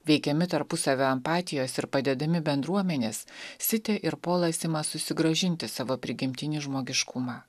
veikiami tarpusavio empatijos ir padedami bendruomenės siti ir polas ima susigrąžinti savo prigimtinį žmogiškumą